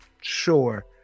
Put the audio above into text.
sure